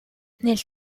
nel